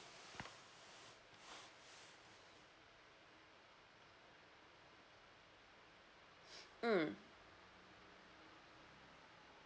mm